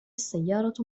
السيارة